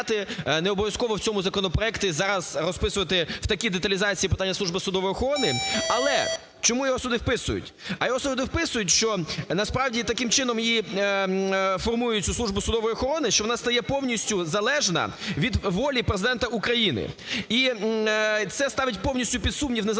необов'язково в цьому законопроекті зараз розписувати в такій деталізації питання служби судової охорони. Але, чому його сюди вписують? А його сюди вписують, що, насправді, таким чином її формують, цю службу судової охорони, що вона стає повністю залежна від волі Президента України. І це ставить повністю під сумнів незалежність